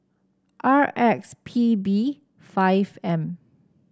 R X P B five M